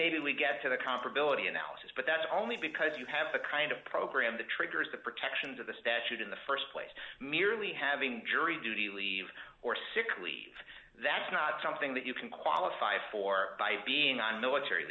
maybe we get to the comparability analysis but that's only because you have the kind of program that triggers the protections of the statute in the st place merely having jury duty leave or sick leave that's not something that you can qualify for by being on military